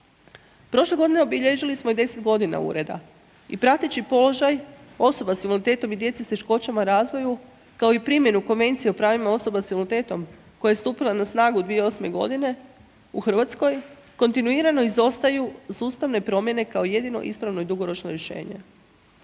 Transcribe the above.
Prošle godine obilježili smo i 10 godina ureda i prateći položaj osoba i invaliditetom i djece s teškoćama u razvoju kao i primjenu Konvencije o pravima osoba s invaliditetom koja je stupila na snagu 2008. godine u Hrvatskoj kontinuirano izostaju sustavne promjene kao jedino ispravo i dugoročno rješenje.